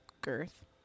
Girth